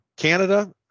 Canada